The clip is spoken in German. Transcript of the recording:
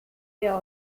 wir